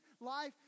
life